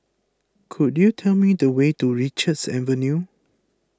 could you tell me the way to Richards Avenue